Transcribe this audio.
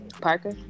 Parker